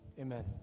Amen